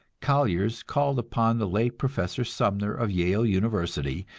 collier's called upon the late professor sumner of yale university,